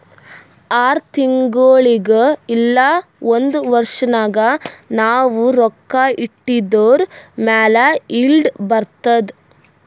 R ತಿಂಗುಳಿಗ್ ಇಲ್ಲ ಒಂದ್ ವರ್ಷ ನಾಗ್ ನಾವ್ ರೊಕ್ಕಾ ಇಟ್ಟಿದುರ್ ಮ್ಯಾಲ ಈಲ್ಡ್ ಬರ್ತುದ್